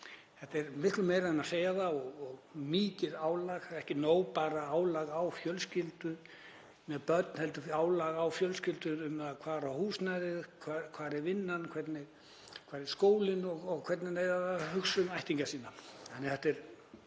Þetta er miklu meira en að segja það og mikið álag, ekki nóg bara álag á fjölskyldur með börn heldur álag á fjölskyldur um hvar húsnæðið er, hvar vinnan er, hvar skólinn er og hvernig þær eiga að hugsa um ættingja sína. Þetta er